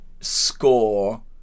score